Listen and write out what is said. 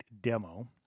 demo